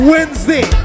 Wednesday